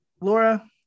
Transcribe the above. Laura